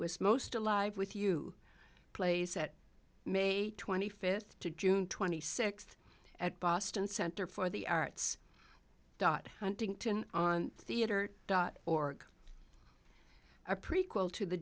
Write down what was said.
was most alive with you place at may twenty fifth to june twenty sixth at boston center for the arts dot huntington on theater dot org a prequel to the